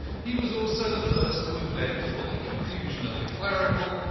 he was also the first to invent, for the confusion of the clerical,